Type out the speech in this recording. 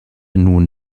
nun